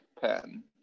pen